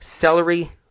Celery